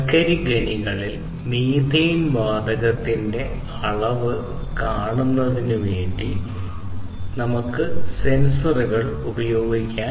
കൽക്കരി ഖനികളിൽ മീഥേൻ വാതകത്തിന്റെ വർദ്ധനവ് കണ്ടെത്തുന്നതിന് മീഥെയ്ൻ സെൻസറുകൾ ഖനികളിൽ ഉപയോഗിക്കുന്നു